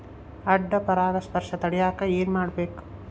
ಅಡ್ಡ ಪರಾಗಸ್ಪರ್ಶ ತಡ್ಯಾಕ ಏನ್ ಮಾಡ್ಬೇಕ್?